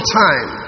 time